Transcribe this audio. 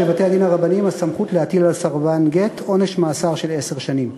יש לבתי-הדין הרבניים סמכות להטיל על סרבן גט עונש מאסר של עשר שנים.